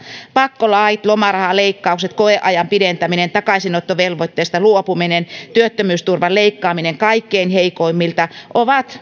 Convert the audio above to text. pakkolait lomarahan leikkaukset koeajan pidentäminen takaisinottovelvoitteesta luopuminen ja työttömyysturvan leikkaaminen kaikkein heikoimmilta ovat